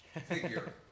figure